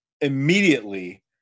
immediately